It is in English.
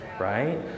Right